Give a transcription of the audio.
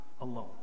alone